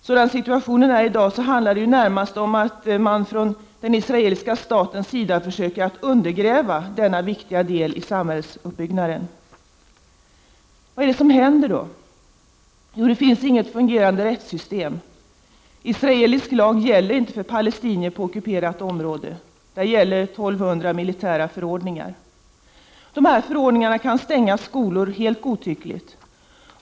Sådan situationen är i dag, handlar det närmast om att man från den israeliska statens sida försöker undergräva denna viktiga del av samhällsuppbyggnaden. Vad är det då som händer? Det finns inget fungerande rättssystem. Israelisk lag gäller inte för palestinier på ockuperat område. Där gäller 1 200 militära förordningar. Dessa förordningar kan stänga skolor, helt godtyckligt.